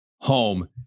home